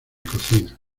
cocina